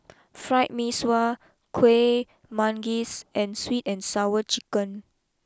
Fried Mee Sua Kueh Manggis and sweet and Sour Chicken